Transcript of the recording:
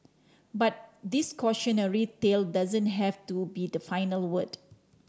but this cautionary tale doesn't have to be the final word